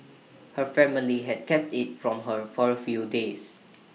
her family had kept IT from her for A few days